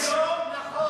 זה לא נכון.